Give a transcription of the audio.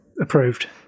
Approved